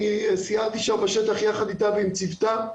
סיירתי שם בשטח יחד איתה ועם צוותה.